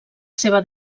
seva